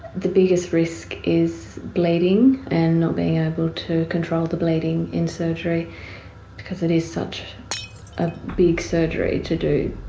the biggest risk is bleeding and not being able to control the bleeding in surgery because it is such a big surgery to do.